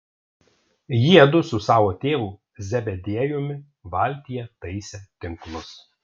jiedu su savo tėvu zebediejumi valtyje taisė tinklus